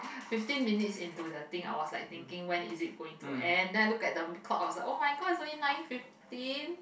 fifteen minutes into the thing I was like thinking when is it going to end then I look at the clock I was like [oh]-my-god it's only nine fifteen